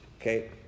Okay